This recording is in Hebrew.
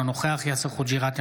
אינו נוכח יאסר חוג'יראת,